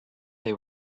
they